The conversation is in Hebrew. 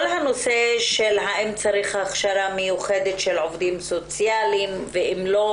כל הנושא הצורך הכשרה מיוחדת של עובדים סוציאליים או לא